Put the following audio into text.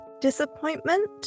disappointment